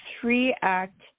three-act